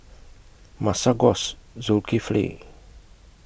Masagos Zulkifli